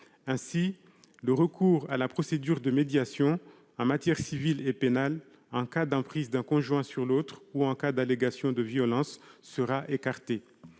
Ainsi, le recours à la procédure de médiation en matière civile et pénale en cas d'emprise d'un conjoint sur l'autre, ou en cas d'allégation de violences, sera écarté.